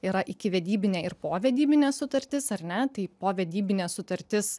yra ikivedybinė ir povedybinė sutartis ar ne tai povedybinė sutartis